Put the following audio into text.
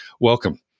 welcome